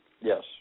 Yes